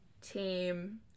team